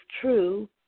true